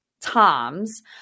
Toms